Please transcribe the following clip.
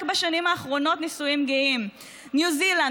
בשנים האחרונות נישואים גאים: ניו זילנד,